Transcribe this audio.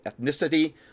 ethnicity